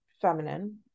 feminine